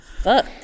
fuck